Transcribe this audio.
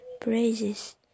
Praises